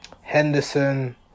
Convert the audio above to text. Henderson